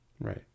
Right